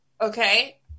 Okay